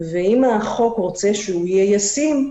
ואם רוצים שהחוק יהיה ישים,